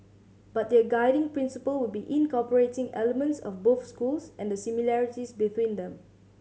but their guiding principle will be incorporating elements of both schools and the similarities between them